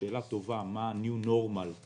שאלה טובה מה הnew normal-